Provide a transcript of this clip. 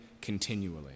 continually